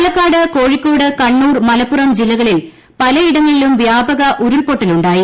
പാലക്കാട് കോഴിക്കോട് കണ്ണൂർ മലപ്പുറം ജില്ലകളിൽ പലയിടങ്ങളിലും വ്യാപക ഉരുൾപൊട്ടലുണ്ടായി